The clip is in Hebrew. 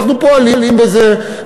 ואנחנו פועלים בזה,